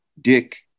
Dick